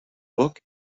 book